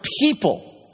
people